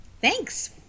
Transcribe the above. Thanks